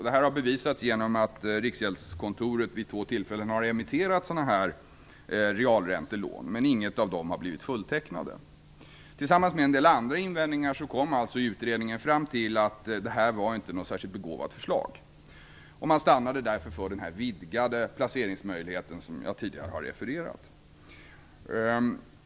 Det har bevisats genom att Riksgäldskontoret vid två tillfällen har emitterat sådana realräntelån, men inget av dem har blivit fulltecknat. På grundval av denna och en del andra invändningar kom utredningen alltså fram till att det här inte var något särskilt begåvat förslag. Man stannade därför för den vidgade placeringsmöjlighet som jag tidigare har refererat.